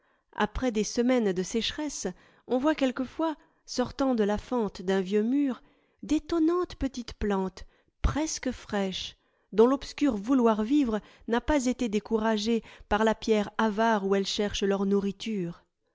après des semaines de sécheresse on voit quelquefois sortant de la fente d'un vieux mur d'étonnantes petites plantes presque fraîches dont l'obscur vouloir vivre n'a pas été découragé par la pierre avare où elles cherchent leur nourriture